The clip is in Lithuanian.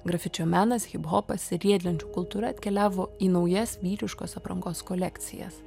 grafičio menas hiphopas ir riedlenčių kultūra atkeliavo į naujas vyriškos aprangos kolekcijas